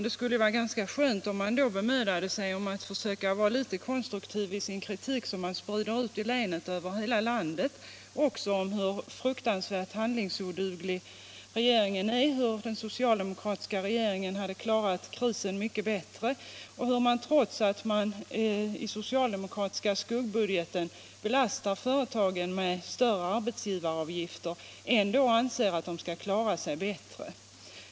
Det skulle vara ganska skönt, om han också ville bemöda sig att vara litet konstruktiv i den kritik som han sprider ut i länet och över landet om hur fruktansvärt handlingsoduglig regeringen är, liksom i sitt framhållande av hur den socialdemokratiska regeringen skulle ha klarat krisen mycket bättre och hur man, trots att man i den socialdemokratiska skuggbudgeten belastar företagen med större arbetsgivaravgifter, ändå anser att de skall klara sig bättre.